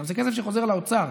זה כסף שחוזר לאוצר.